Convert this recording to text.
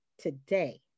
today